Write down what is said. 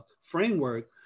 framework